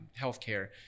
healthcare